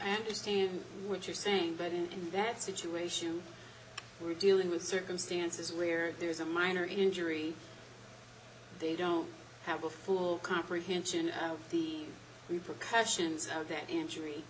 but and what you're saying but in that situation we're dealing with circumstances where there's a minor injury they don't have a full comprehension of the repercussions of that injury